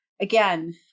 again